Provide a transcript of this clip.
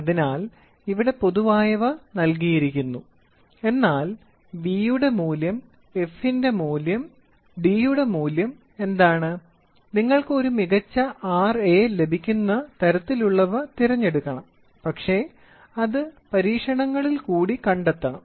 അതിനാൽ ഇവിടെ പൊതുവായവ നൽകിയിരിക്കുന്നു എന്നാൽ യുടെ മൂല്യം f ന്റെ മൂല്യം d ന്റെ മൂല്യം എന്താണ് നിങ്ങൾക്ക് ഒരു മികച്ച Ra ലഭിക്കുന്ന തരത്തിലുള്ളവ തിരഞ്ഞെടുക്കണം പക്ഷേ അത് പരീക്ഷണങ്ങളിൽ കൂടി കണ്ടെത്തണം